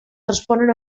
responen